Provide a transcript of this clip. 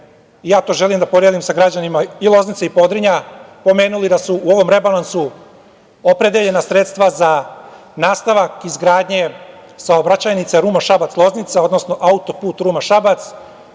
ja to želim da podelim sa građanima Loznice i Podrinja, pomenuli da su u ovom rebalansu opredeljena sredstva za nastavak izgradnje saobraćajnice Ruma-Šabac-Loznica, odnosno autoput Ruma-Šabac,